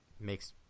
makes